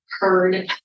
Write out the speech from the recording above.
heard